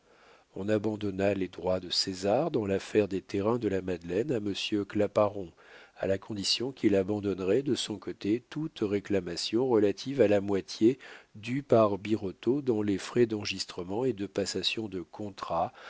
on abandonna les droits de césar dans l'affaire des terrains de la madeleine à monsieur claparon à la condition qu'il abandonnerait de son côté toute réclamation relative à la moitié due par birotteau dans les frais d'enregistrement et de passation de contrat